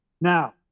Now